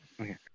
Okay